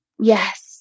Yes